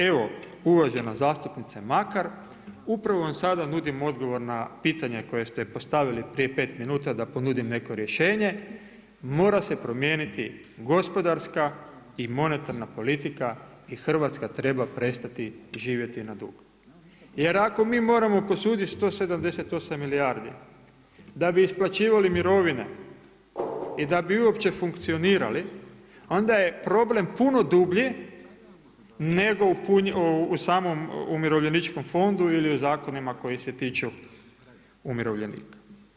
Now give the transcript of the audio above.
Evo uvažena zastupnice Makar, upravo vam sada nudim odgovor na pitanje koje ste postavili prije 5 minuta da ponudim neko rješenje, mora se promijeniti gospodarski i monetarna politika i Hrvatska treba prestati živjeti na dug jer ako mi moramo posuditi 178 milijardi da bi isplaćivali mirovine i da bi uopće funkcionirali, onda je problem puno dublji nego u samom umirovljeničkom fondu ili u zakonima koji se tiču umirovljenika.